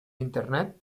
internet